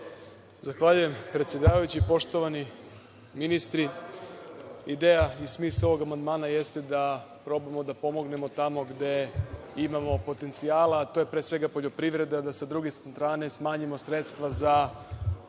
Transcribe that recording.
Zahvaljujem, predsedavajući. Poštovani ministri, ideja i smisao ovog amandmana jeste da probamo da pomognemo tamo gde imamo potencijala, a to je pre svega poljoprivreda, da sa druge strane smanjimo sredstva za